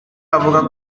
avuga